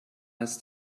ist